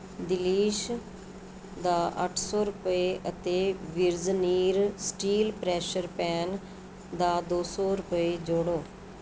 ਦਿਲੀਸ਼ ਦਾ ਅੱਠ ਸੌ ਰੁਪਏ ਅਤੇ ਬਿਰਜਨੀਰ ਸਟੀਲ ਪ੍ਰੈਸ਼ਰ ਪੈਨ ਦਾ ਦੋ ਸੌ ਰੁਪਏ ਜੋੜੋ